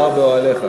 ויששכר באֹהליך'".